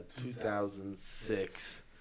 2006